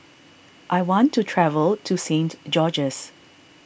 I want to travel to Saint George's